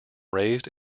raised